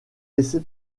laissé